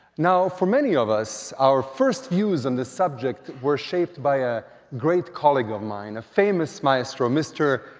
now, for many of us, our first views on the subject were shaped by a great colleague of mine, a famous maestro, mr.